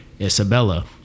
Isabella